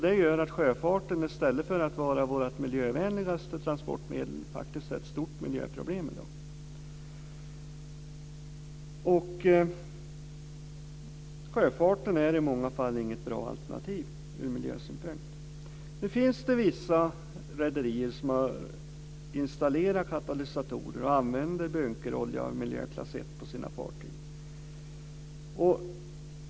Det gör att sjöfarten, i stället för att vara vårt miljövänligaste transportmedel, i dag är ett stort miljöproblem. Sjöfarten är i många fall inget bra alternativ ur miljösynpunkt. Vissa rederier har installerat katalysatorer på sina fartyg och använder bunkerolja av miljöklass 1.